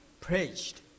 preached